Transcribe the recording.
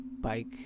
bike